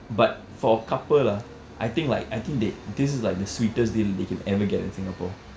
but for a couple ah I think like I think they this is like the sweetest deal they can ever get in Singapore